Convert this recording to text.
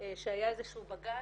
שהיה איזה שהוא בג"צ,